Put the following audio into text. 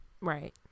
Right